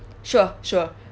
sure sure